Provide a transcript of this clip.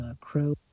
Crow